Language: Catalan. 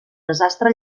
desastre